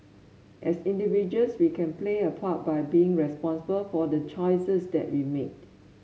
as individuals we can play a part by being responsible for the choices that we made